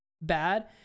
bad